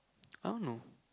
I don't know